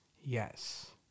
Yes